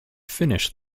finished